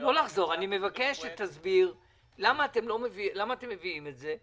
אני מבקש שתסביר למה אתם מביאים את זה.